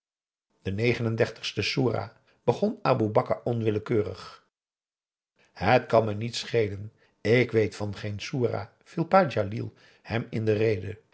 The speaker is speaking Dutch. soerah xxxix begon aboe bakar onwillekeurig het kan me niet schelen ik weet van geen p a jalil hem in de rede